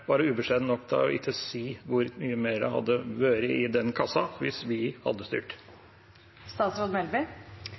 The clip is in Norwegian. ubeskjeden nok til ikke å si hvor mye mer det hadde vært i den kassen hvis vi hadde styrt. Nå har jeg i hele min statsrådstid vært statsråd